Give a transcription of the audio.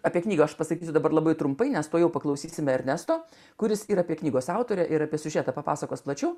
apie knygą aš pasakysiu dabar labai trumpai nes tuojau paklausysime ernesto kuris yra prie knygos autore ir apie siužetą papasakos plačiau